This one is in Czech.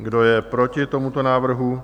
Kdo je proti tomuto návrhu?